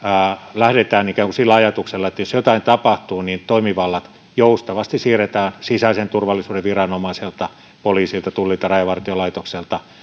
lähdetään ikään kuin sillä ajatuksella että jos jotain tapahtuu niin toimivallat joustavasti siirretään sisäisen turvallisuuden viranomaiselta poliisilta tullilta rajavartiolaitokselta